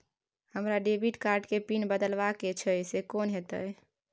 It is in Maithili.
हमरा डेबिट कार्ड के पिन बदलवा के छै से कोन होतै?